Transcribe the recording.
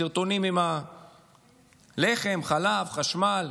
סרטונים עם הלחם, החלב, החשמל.